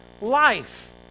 life